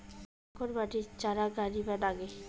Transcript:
কখন মাটিত চারা গাড়িবা নাগে?